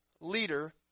leader